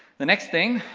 the next thing,